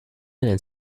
and